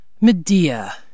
Medea